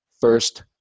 first